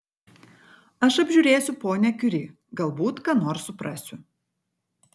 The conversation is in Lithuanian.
aš apžiūrėsiu ponią kiuri galbūt ką nors suprasiu